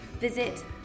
visit